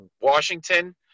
Washington